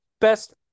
Best